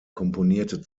komponierte